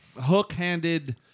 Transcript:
hook-handed